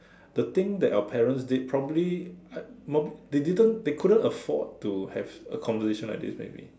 the thing that our parents did probably I m~ they didn't they couldn't afford to have a conversation like this maybe